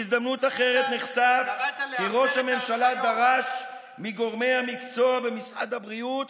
בהזדמנות אחרת נחשף כי ראש הממשלה דרש מגורמי המקצוע במשרד הבריאות